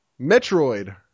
Metroid